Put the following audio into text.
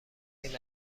این